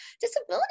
Disability